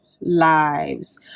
lives